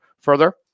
further